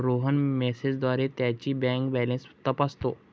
रोहन मेसेजद्वारे त्याची bank balance तपासतो